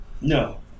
No